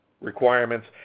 requirements